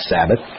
Sabbath